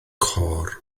côr